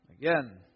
Again